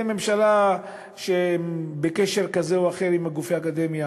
ממשלה שהם בקשר כזה או אחר עם גופי אקדמיה,